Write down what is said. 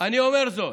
אני אומר זאת: